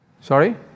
Sorry